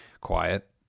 quiet